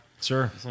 sure